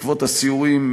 בעקבות הסיורים,